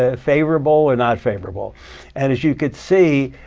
ah favorable or not favorable? and as you could see,